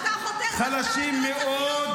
אני רואה אותך, רואה את הפנים של הממשלה.